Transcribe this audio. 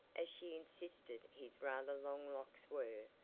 as she insisted his rather long locks were,